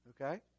Okay